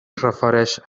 refereix